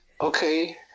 okay